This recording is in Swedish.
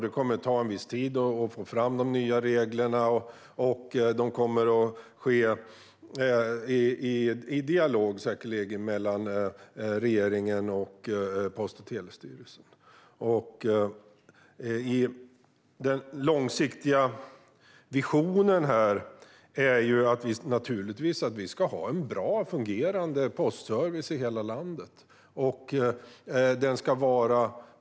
Det kommer att ta en viss tid att få fram de nya reglerna, och det kommer säkerligen att ske i dialog mellan regeringen och Post och telestyrelsen. Den långsiktiga visionen är naturligtvis att vi ska ha en bra och fungerande postservice i hela landet.